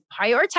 prioritize